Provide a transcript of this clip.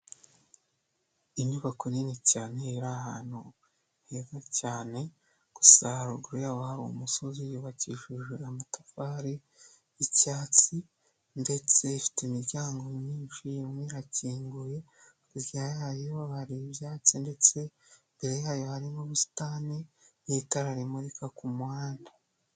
Inyubako nini cyane iri ahantu heza cyane, gusa haruguru yaho hari umusozi wubakishije amatafari y'icyatsi , ndetse ifite imiryango myinshi, imwe irakinguye hakurya yayoho bari ibyatsi, ndetse mbere yayo hari n'ubusitani n'itara rimurika ku muhanda.